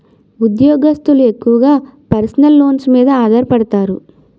ఉద్యోగస్తులు ఎక్కువగా personal loans మీద ఆధారపడతారు